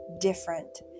different